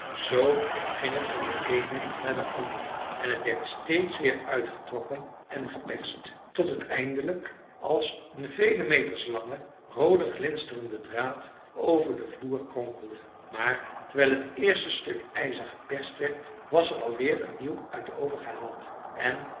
zoo ging het van de eene naar de andere en werd steeds weer uitgetrokken en geperst tot het eindelijk als een vele meters lange roode glinsterende draad over den vloer kronkelde maar terwijl het eerste stuk ijzer geperst werd was er al weer een nieuw uit den oven gehaald en